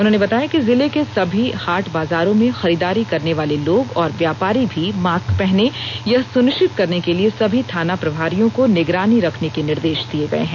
उन्होंने बताया कि जिले के सभी हाट बजारो में खरीदारी करने वाले लोग और व्यापारी भी मास्क पहने यह सुनिश्चित करने के लिए सभी थाना प्रभारियों को निगरानी रखने के निर्देश दिए गए है